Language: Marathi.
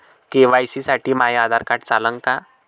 के.वाय.सी साठी माह्य आधार कार्ड चालन का?